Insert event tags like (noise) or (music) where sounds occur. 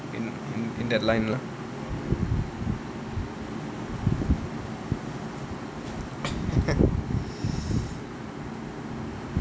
in in in that line lah (laughs)